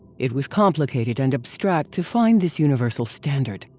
it was complicated and abstract to find this universal standard.